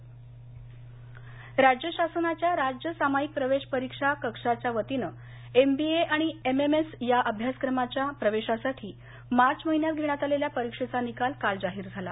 निकाल राज्य शासनाच्या राज्य सामायिक प्रवेश परीक्षा कक्षाच्या वतीने एमबीए आणि एमएमएस या अभ्यासक्रमाच्या प्रवेशासाठी मार्च महिन्यात घेण्यात आलेल्या परीक्षेचा निकाल काल जाहीर झाला